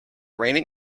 raining